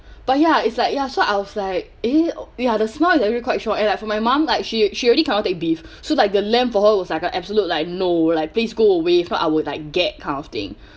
but ya it's like ya so I was like eh ya the smell is actually quite shock and like for my mom like she she already cannot take beef so like the lamb for her was like a absolute like no like please go away if not I will like gag kind of thing